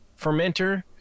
fermenter